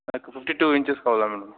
నాకు fifty two inches కావాలా madam